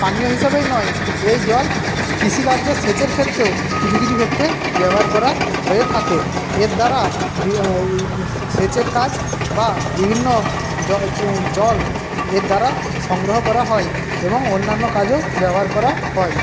পানীয় হিসাবেই নয় এই জল কৃষিকার্যের সেচের ক্ষেত্রেও কিছু কিছু ক্ষেত্রে ব্যবহার করা হয়ে থাকে এর দ্বারা সেচের কাজ বা বিভিন্ন জল এর দ্বারা সংগ্রহ করা হয় এবং অন্যান্য কাজেও ব্যবহার করা হয়